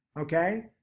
okay